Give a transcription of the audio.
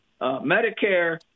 Medicare